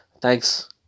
thanks